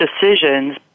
decisions